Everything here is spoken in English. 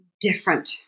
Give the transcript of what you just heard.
different